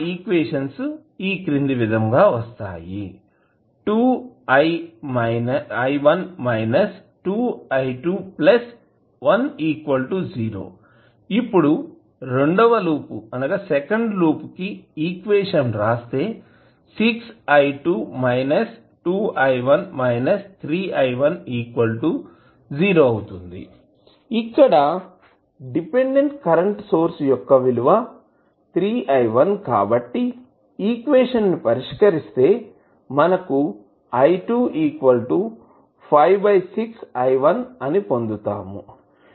equations ని ఈ క్రింది విధంగా వస్తాయి ఇప్పుడు సెకండ్ లూప్ కి ఈక్వేషన్ రాస్తే అవుతుంది ఇక్కడ డిపెండెంట్ కరెంటు సోర్స్ యొక్క విలువ 3 i1 కాబట్టి ఈక్వేషన్ ని పరిష్కారిస్తే మనకు i 2 56i 1 అని పొందుతాము